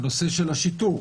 הנושא של שיטור,